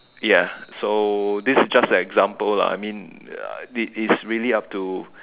ya so this is just an example lah I mean it is really up to